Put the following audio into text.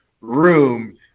room